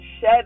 shed